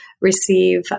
receive